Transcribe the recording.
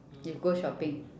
you go shopping